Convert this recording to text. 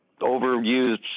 overused